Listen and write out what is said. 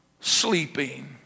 sleeping